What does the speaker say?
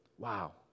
wow